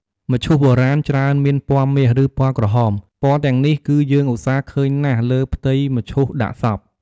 មឈូសបុរាណ ច្រើនមានពណ៌មាស ឬ ពណ៌ក្រហម ពណ៌ទាំងនេះគឺយើងឧស្សាហ៌ឃើញណាស់លើផ្ទៃមឈូសដាក់សព។